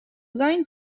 going